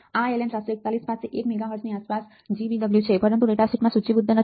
આ LM741 પાસે 1 MHz ની આસપાસ GBW છે પરંતુ ડેટાશીટમાં સૂચિબદ્ધ નથી